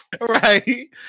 right